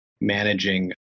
managing